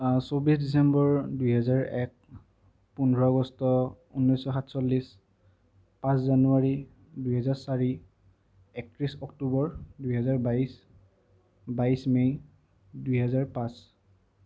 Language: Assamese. চৌবিছ ডিচেম্বৰ দুইহেজাৰ এক পোন্ধৰ আগষ্ট ঊনৈছশ সাতচল্লিছ পাঁচ জানুৱাৰী দুইহেজাৰ চাৰি একত্ৰিছ অক্টোবৰ দুইহেজাৰ বাইছ বাইছ মে দুইহেজাৰ পাঁচ